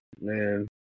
man